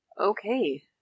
Okay